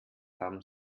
haben